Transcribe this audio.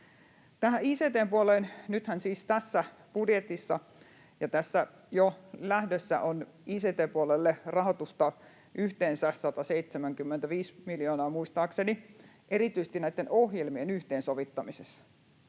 Nythän siis tässä budjetissa on jo lähdössä ict-puolelle rahoitusta yhteensä 175 miljoonaa, muistaakseni, erityisesti näiden ohjelmien yhteensovittamiseen.